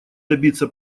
добиться